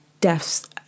deaths